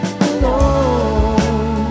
alone